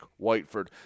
Whiteford